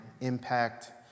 impact